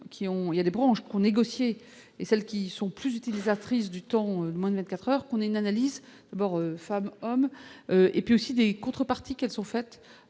il y a des branches qui ont négocié et celles qui sont plus utilisatrices du temps Monaco 4 heures qu'on ait une analyse d'abord femme et puis aussi des contreparties qu'elles sont faites